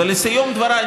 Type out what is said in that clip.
ולסיום דבריי,